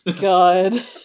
god